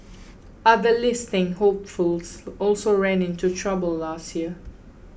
other listing hopefuls also ran into trouble last year